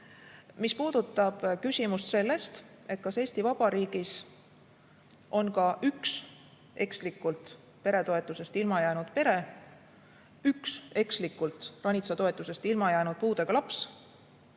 Mis puudutab seda küsimust, kui Eesti Vabariigis on ka üks ekslikult peretoetusest ilma jäänud pere, üks ekslikult ranitsatoetusest ilma jäänud puudega laps